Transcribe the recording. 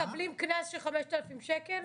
מקבלים קנס של 5,000 שקל?